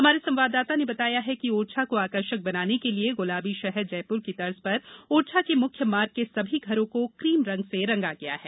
हमारे संवाददाता ने बताया है कि ओरछा को आकर्षक बनाने के लिए गुलाबी शहर जयपुर की तर्ज पर ओरछा के मुख्य मार्ग के सभी घरों को क्रीम रंग से रंगा गया है